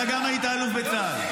אתה גם היית אלוף בצה"ל,